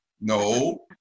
No